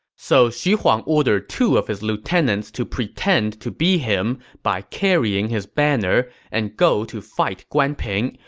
so xu huang ordered two of his lieutenants to pretend to be him by carrying his banner and go to fight guan ping,